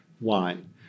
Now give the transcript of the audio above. wine